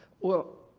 well,